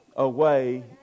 Away